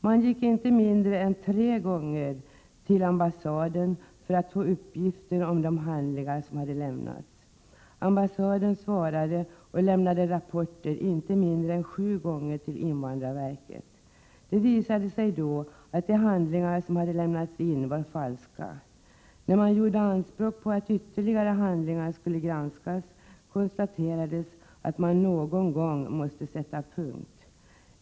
Man gick inte mindre än tre gånger till ambassaden för att få uppgifter om de handlingar som hade lämnats. Ambassaden i Dhaka svarade och lämnade rapporter inte mindre än sju gånger till invandrarverket. Det visade sig då att de handlingar som hade lämnats in var falska. När man gjorde anspråk på att ytterligare handlingar skulle granskas konstaterades att man någon gång måste sätta punkt.